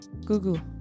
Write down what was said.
Google